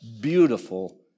beautiful